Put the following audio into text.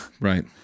Right